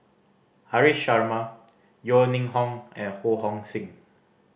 Haresh Sharma Yeo Ning Hong and Ho Hong Sing